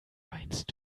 weinst